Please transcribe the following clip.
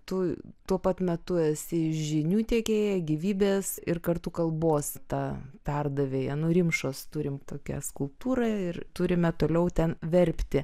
tu tuo pat metu esi žinių teikėja gyvybės ir kartu kalbos ta perdavėja nu rimšos turim tokią skulptūrą ir turime toliau ten verpti